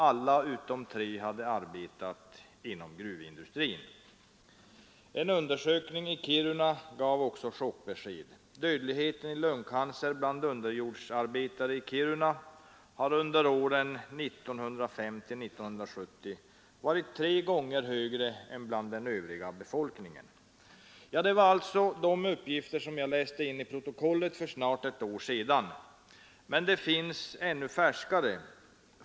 Alla utom tre hade arbetat inom gruvindustrin. En undersökning i Kiruna gav också chockbesked. Dödligheten i lungcancer bland underjordarbetare i Kiruna har under åren 1950—1970 varit tre gånger högre än bland den övriga befolkningen. Dessa uppgifter läste jag in i protokollet för snart ett år sedan. Men det finns ännu färskare.